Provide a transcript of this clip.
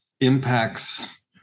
impacts